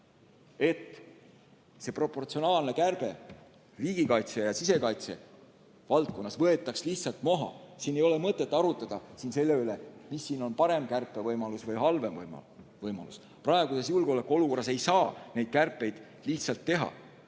et see proportsionaalne kärbe riigikaitse ja sisekaitse valdkonnas võetaks lihtsalt maha. Siin ei ole mõtet arutada selle üle, mis on parem või halvem kärpevõimalus. Praeguses julgeolekuolukorras ei saa neid kärpeid lihtsalt teha.